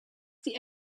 die